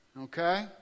okay